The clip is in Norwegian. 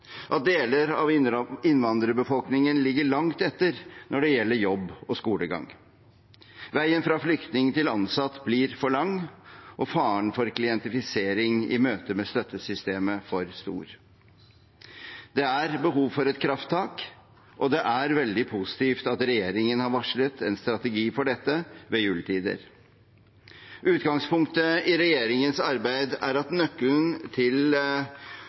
at deler av innvandrerbefolkningen ligger langt etter når det gjelder jobb og skolegang. Veien fra flyktning til ansatt blir for lang og faren for klientifisering i møte med støttesystemet for stor. Det er behov for et krafttak, og det er veldig positivt at regjeringen har varslet en strategi for dette ved juletider. Utgangspunktet for regjeringens arbeid er at nøkkelen til